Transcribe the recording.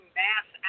mass